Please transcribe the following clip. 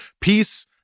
peace